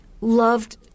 loved –